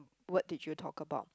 what did you talk about